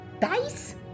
Dice